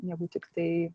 negu tiktai